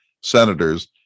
senators